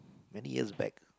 many years back